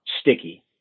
sticky